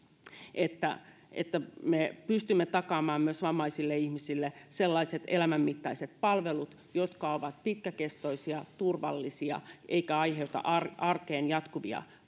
että että me pystymme takaamaan myös vammaisille ihmisille sellaiset elämänmittaiset palvelut jotka ovat pitkäkestoisia turvallisia eivätkä aiheuta arkeen jatkuvia